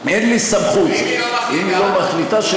ואם היא לא מחליטה?